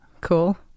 cool